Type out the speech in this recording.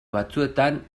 batzuetan